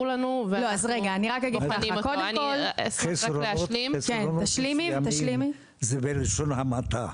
לנו ואנחנו בוחנים את זה --- חסרונות מסוימים זה בלשון המעטה.